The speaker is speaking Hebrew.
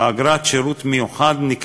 ונקבעה אגרת שירות מיוחד.